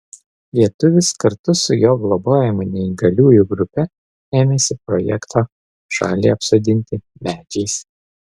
lietuvis kartu su jo globojama neįgaliųjų grupe ėmėsi projekto šalį apsodinti medžiais